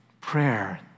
prayer